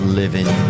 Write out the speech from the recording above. living